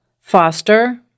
foster